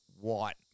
white